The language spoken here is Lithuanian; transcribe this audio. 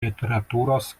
literatūros